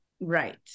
Right